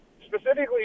specifically